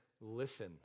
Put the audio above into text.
listen